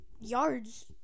yards